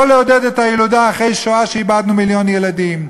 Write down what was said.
לא לעודד את הילודה אחרי שואה שאיבדנו מיליון ילדים.